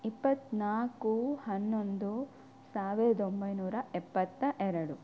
ಇಪ್ಪತ್ತನಾಲ್ಕು ಹನ್ನೊಂದು ಸಾವಿರದ ಒಂಬೈನೂರ ಎಪ್ಪತ್ತ ಎರಡು